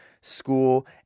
school